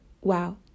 wow